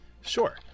Sure